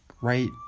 right